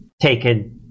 taken